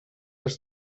les